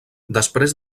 després